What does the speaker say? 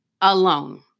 Alone